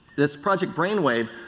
this project brain wave,